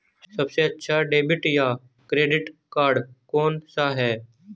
सबसे अच्छा डेबिट या क्रेडिट कार्ड कौन सा है?